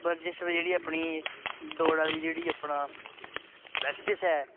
बर्जिश जेह्ड़ी अपनी दौड़ा दी जेह्ड़ी अपना प्रैक्टिस ऐ